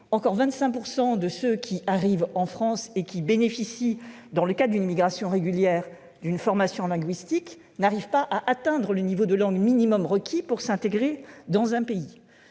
encore 25 % de ceux qui sont arrivés en France et qui bénéficiaient, dans le cadre d'une immigration régulière, d'une formation linguistique, ne sont pas parvenus à atteindre le niveau de langue minimal requis pour s'intégrer dans un pays.